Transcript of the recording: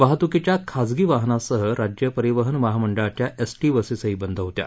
वाहतूकीच्या खाजगी वाहनासह राज्य परिवहन महामहिळाच्या एस बसही बद्ध होत्या